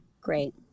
great